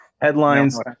Headlines